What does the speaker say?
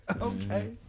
Okay